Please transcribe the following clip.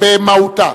במהותה.